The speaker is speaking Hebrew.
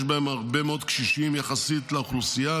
בהן הרבה מאוד קשישים יחסית לאוכלוסייה,